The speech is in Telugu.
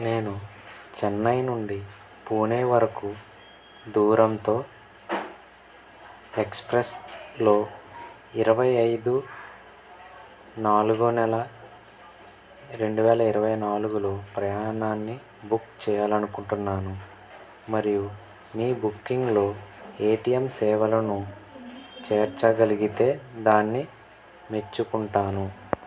నేను చెన్నై నుండి పూణే వరకు దూరంతో ఎక్స్ప్రెస్లో ఇరవై ఐదు నాలుగో నెల రెండు వేల ఇరవై నాలుగులో ప్రయాణాన్ని బుక్ చెయ్యాలనుకుంటున్నాను మరియు మీ బుకింగ్లో ఏటీఎం సేవలను చేర్చగలిగితే దాన్ని మెచ్చుకుంటాను